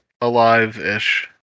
alive-ish